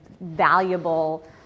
valuable